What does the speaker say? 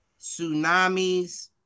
tsunamis